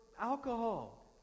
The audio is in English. alcohol